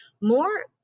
more